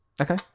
Okay